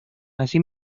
así